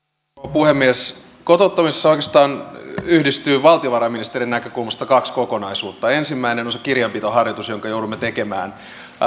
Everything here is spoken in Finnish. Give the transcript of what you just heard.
puhemies kotouttamisessa oikeastaan yhdistyy valtiovarainministerin näkökulmasta kaksi kokonaisuutta ensimmäinen on se kirjanpitoharjoitus jonka joudumme tekemään